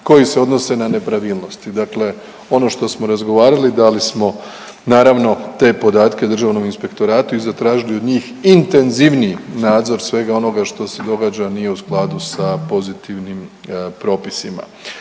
koji se odnose na nepravilnosti. Dakle ono što smo razgovarali dali smo naravno te podatke državnom inspektoratu i zatražili od njih intenzivniji nadzor svega onoga što se događa, a nije u skladu sa pozitivnim propisima.